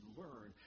learn